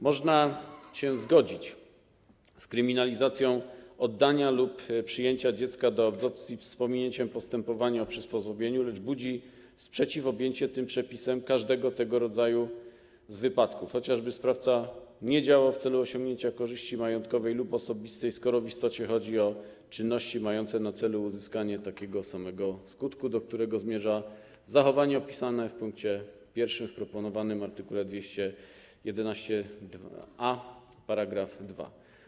Można się zgodzić z kryminalizacją oddania lub przyjęcia dziecka do adopcji z pominięciem postępowania o przysposobienie, lecz budzi sprzeciw objęcie tym przepisem każdego tego rodzaju wypadku, chociażby sprawca nie działał w celu osiągnięcia korzyści majątkowej lub osobistej, skoro w istocie chodzi o czynności mające na celu uzyskanie takiego samego skutku, do którego zmierza zachowanie opisane w pkt 1 w proponowanym art. 211a § 2.